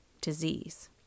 disease